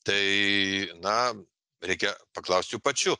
tai na reikia paklaust jų pačių